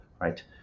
right